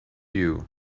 you